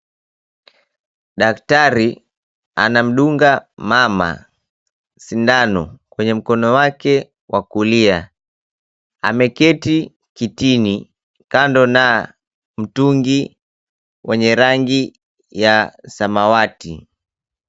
Daktari, anamdunga mama sindano kwenye mkono wake wa kulia. Ameketi kitini kando na mtungi wenye ya rangi samawati.